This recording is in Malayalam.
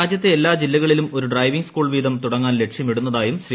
രാജ്യത്തെ എല്ലാ ജില്ലകളിലും ഒരു ഡ്രൈവിംഗ് സ്കൂൾ വീതം തുടങ്ങാൻ ലക്ഷ്യമിടുന്നതായും ശ്രീ